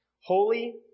holy